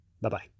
Bye-bye